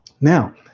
Now